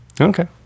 Okay